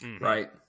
right